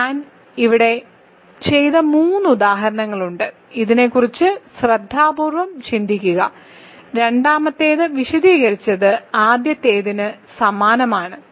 ഞാൻ ഇവിടെ ചെയ്ത മൂന്ന് ഉദാഹരണങ്ങളുണ്ട് ഇതിനെക്കുറിച്ച് ശ്രദ്ധാപൂർവ്വം ചിന്തിക്കുക രണ്ടാമത്തേത് വിശദീകരിച്ചത് ആദ്യത്തേതിന് സമാനമാണ്